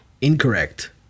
Incorrect